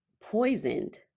poisoned